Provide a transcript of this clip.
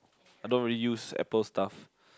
I don't really use apple stuff